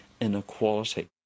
inequality